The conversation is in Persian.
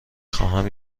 خواهم